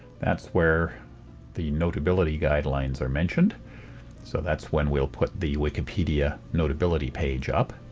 that's where the notability guidelines are mentioned so that's when we'll put the wikipedia notability page up.